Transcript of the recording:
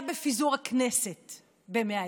בפיזור הכנסת ב-100 ימים.